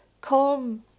come